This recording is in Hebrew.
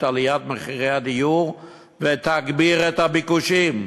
עליית מחירי הדיור ותגביר את הביקושים.